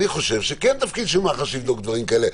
אני חושב שכן תפקיד של מח"ש לבדוק דברים כאלה.